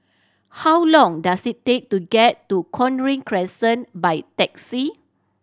how long does it take to get to Cochrane Crescent by taxi